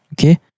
okay